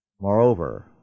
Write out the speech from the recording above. Moreover